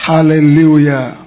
Hallelujah